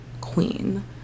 queen